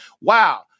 Wow